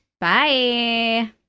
bye